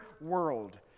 world